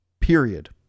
period